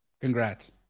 congrats